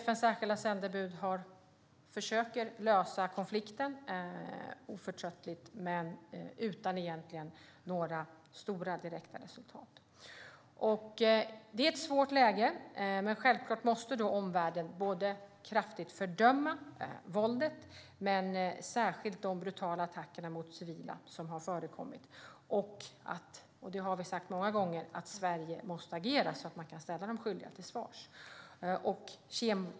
FN:s särskilda sändebud försöker oförtröttligt lösa konflikten men har egentligen inte nått några större direkta resultat. Det är ett svårt läge, och omvärlden måste självfallet kraftigt fördöma våldet, särskilt de brutala attacker mot civila som har förekommit. Som vi har sagt många gånger måste Sverige agera så att de skyldiga kan ställas till svars.